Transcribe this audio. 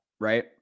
Right